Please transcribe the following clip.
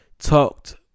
Talked